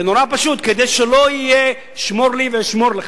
זה נורא פשוט, כדי שלא יהיה "שמור לי ואשמור לך".